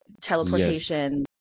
teleportation